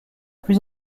plus